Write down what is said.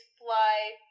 fly